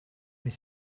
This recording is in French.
mais